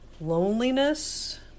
loneliness